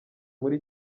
muri